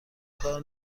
کار